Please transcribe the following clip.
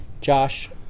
Josh